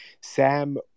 Sam